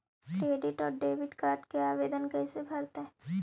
Credit और debit card के आवेदन कैसे भरैतैय?